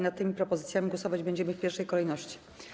Nad tymi propozycjami głosować będziemy w pierwszej kolejności.